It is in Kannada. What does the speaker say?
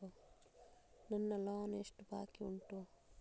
ನನ್ನ ಲೋನ್ ಎಷ್ಟು ಬಾಕಿ ಉಂಟು?